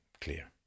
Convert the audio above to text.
clear